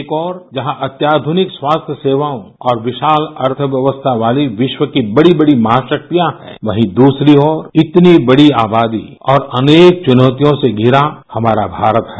एक और जहां अत्याधनिक स्वास्थ्य सेवाओं और विशाल अर्थव्यवस्था वाली विश्व की बड़ी बड़ी महाशक्तियाँ हैं वहीं दूसरी ओर इतनी बड़ी आबादी और अनेक चुनौतियों से घिरा हमारा भारत है